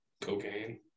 cocaine